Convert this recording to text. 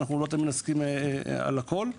לא תמיד נסכים על הכול.